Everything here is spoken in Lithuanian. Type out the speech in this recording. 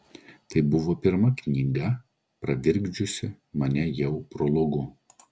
tai buvo pirma knyga pravirkdžiusi mane jau prologu